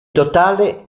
totale